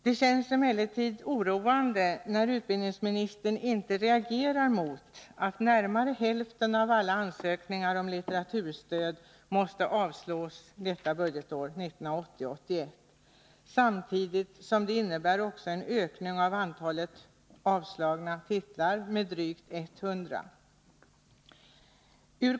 Det känns emellertid oroande när utbildningsministern inte reagerar mot att närmare hälften av alla ansökningar om litteraturstöd måste avslås detta budgetår, 1980/81, samtidigt som detta innebär en ökning av antalet avslagna titlar med drygt 100.